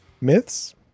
myths